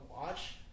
watch